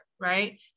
right